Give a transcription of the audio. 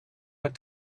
had